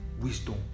wisdom